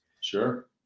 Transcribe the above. Sure